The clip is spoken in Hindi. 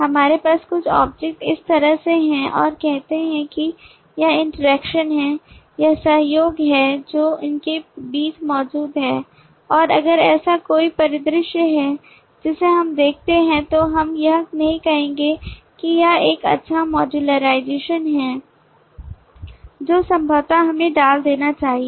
हमारे पास कुछ ऑब्जेक्ट्स इस तरह से हैं और कहते हैं कि यह इंटरैक्शन है यह सहयोग है जो उनके बीच मौजूद है और अगर ऐसा कोई परिदृश्य है जिसे हम देखते हैं तो हम यह नहीं कहेंगे कि यह एक अच्छा मॉडर्लाइज़ेशन है जो संभवतः हमें डाल देना चाहिए